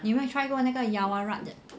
有没有 try 过那个 yaowarat 的